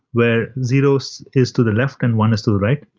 where zeros is to the left and one is to the right,